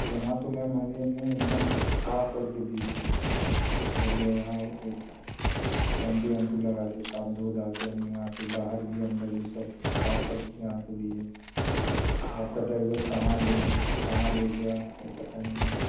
यहाँ तो मैम अभी हम ने एक दम साफ़ कर के दी बढ़िया यहाँ वो शैम्पू ओम्पू लगा के साफ़ धो धाके हम ने यहाँ से बाहर भी अंदर भी सब साफ़ कर के यहाँ से दी है वो आपका ड्राइवर कहाँ ले गया कहाँ ले गया वो पता नहीं